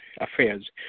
affairs